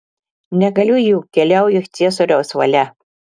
negaliu juk keliauju ciesoriaus valia